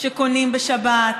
שקונים בשבת,